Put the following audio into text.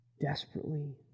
desperately